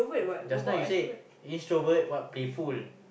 just now you say introvert what playful